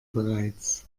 bereits